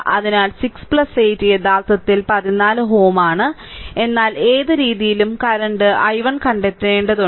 അതിനാൽ 6 8 യഥാർത്ഥത്തിൽ 14 Ω ആണ് എന്നാൽ ഏത് രീതിയിലും കറന്റ് i1 കണ്ടെത്തേണ്ടതുണ്ട്